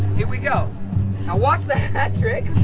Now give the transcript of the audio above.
here we go now watch the hetrick,